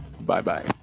Bye-bye